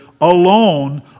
alone